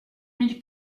mille